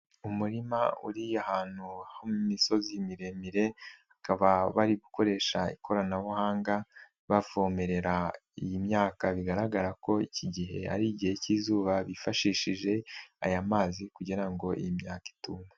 Umurima uriya hantu homumisozi miremire, bakaba bari gukoresha ikoranabuhanga bavomerera iyi myaka, bigaragara ko iki gihe ari igihe cy'izuba bifashishije aya mazi kugira ngo iyi myaka ituma.